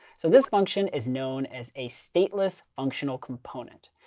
so this function is known as a stateless functional component.